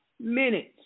minutes